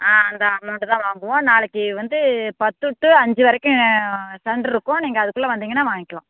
ஆ அந்த அமௌண்ட்டு தான் வாங்குவோம் நாளைக்கு வந்து பத்து டு அஞ்சு வரைக்கும் சென்ட்ரு இருக்கும் நீங்கள் அதுக்குள்ளே வந்திங்கன்னால் வாங்கிகலாம்